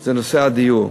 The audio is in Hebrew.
זה הדיור.